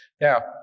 Now